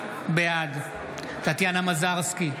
בעד טטיאנה מזרסקי,